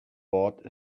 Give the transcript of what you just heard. bought